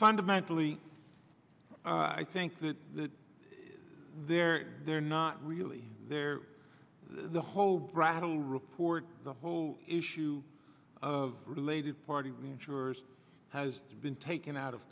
fundamentally i think that they're they're not really there the whole brattle report the whole issue of related party reinsurers has been taken out of